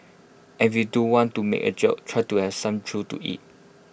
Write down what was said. and if you do want to make A joke try to have some truth to IT